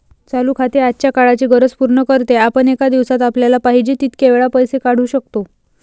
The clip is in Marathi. चालू खाते आजच्या काळाची गरज पूर्ण करते, आपण एका दिवसात आपल्याला पाहिजे तितक्या वेळा पैसे काढू शकतो